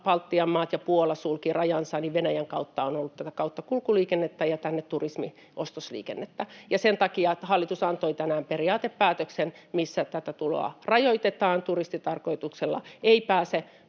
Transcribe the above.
kun Baltian maat ja Puola sulkivat rajansa, kauttakulkuliikennettä ja turismi- ja ostosliikennettä. Ja sen takia, että hallitus antoi tänään periaatepäätöksen, missä tätä tuloa rajoitetaan, turistitarkoituksella ei pääse